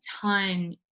ton